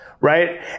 right